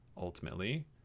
ultimately